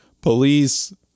police